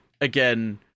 again